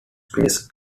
placed